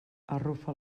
arrufa